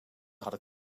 hadden